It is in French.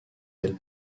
ailes